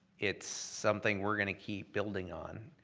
it's something we're gonna keep building on